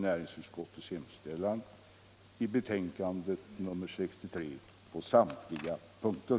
säringsutskottets hemställan i betänkandet 63 på samtliga punkter.